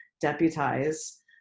deputize